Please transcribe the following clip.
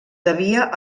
devia